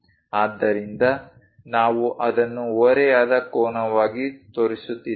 ಆದ್ದರಿಂದ ನಾವು ಅದನ್ನು ಓರೆಯಾದ ಕೋನವಾಗಿ ತೋರಿಸುತ್ತಿದ್ದೇವೆ